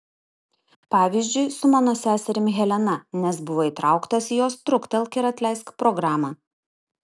pavyzdžiui su mano seserim helena nes buvo įtrauktas į jos truktelk ir atleisk programą